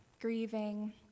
grieving